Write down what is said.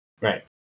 Right